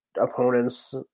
opponents